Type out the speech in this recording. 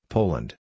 Poland